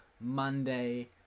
Monday